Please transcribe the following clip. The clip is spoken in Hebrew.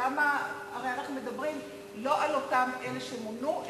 הרי אנחנו מדברים לא על אלה שמונו,